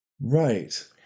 Right